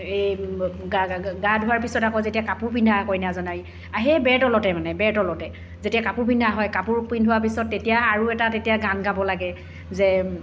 এই গা ধোৱাৰ পাছত আকৌ যেতিয়া কাপোৰ পিন্ধা কইনাজনাই আৰু সেই বেই তলতে মানে বেই তলতে যেতিয়া কাপোৰ পিন্ধা হয় কাপোৰ পিন্ধোৱাৰ পিছত তেতিয়া আৰু এটা তেতিয়া গান গাব লাগে যে